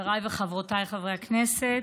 חבריי וחברותיי חברי הכנסת,